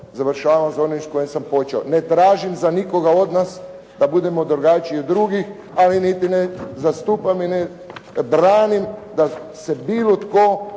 ne razumije./… koje sam počeo. Ne tražim za nikoga odnos da budemo drugačiji od drugih ali niti ne zastupam i ne branim da se bilo tko